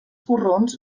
corrons